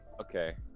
okay